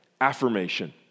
affirmation